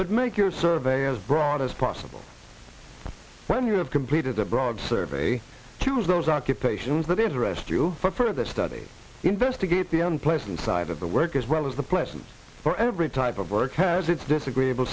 but make your survey as broad as possible when you have completed a broad survey to use those occupations that is arrest you for further study investigate the unpleasant side of the work as well as the pleasant for every type of work has its disagreeable